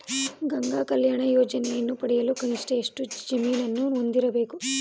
ಗಂಗಾ ಕಲ್ಯಾಣ ಯೋಜನೆಯನ್ನು ಪಡೆಯಲು ಕನಿಷ್ಠ ಎಷ್ಟು ಜಮೀನನ್ನು ಹೊಂದಿರಬೇಕು?